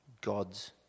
God's